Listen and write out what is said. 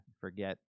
forget